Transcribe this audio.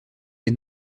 les